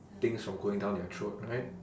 things from going down their throat right